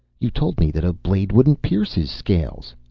you told me that a blade couldn't pierce his scales